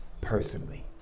personally